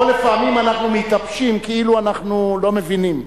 או לפעמים אנחנו מיטפשים, כאילו אנחנו לא מבינים.